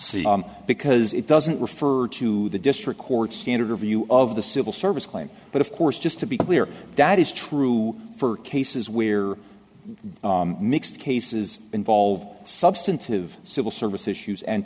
because it doesn't refer to the district court's janitor view of the civil service claim but of course just to be clear that is true for cases where mixed cases involve substantive civil service issues and